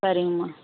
சரிங்கம்மா